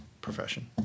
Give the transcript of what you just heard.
profession